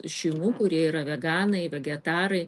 šeimų kurie yra veganai vegetarai